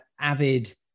avid